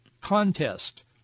contest